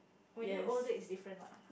when you are older it's different lah